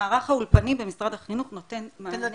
מערך האולפנים במשרד החינוך נותן מענה